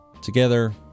together